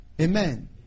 Amen